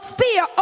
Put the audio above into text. fear